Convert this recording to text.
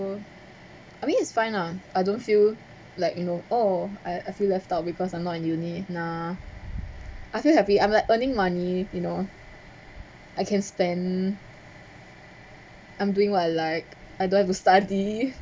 I mean it's fine ah I don't feel like you know oh I I feel left out because I'm not in uni nah I feel happy I'm like earning money you know I can spend I'm doing what I like I don't have to study